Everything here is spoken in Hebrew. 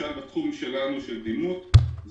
בתחום שלנו, של דימות, למשל,